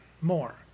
more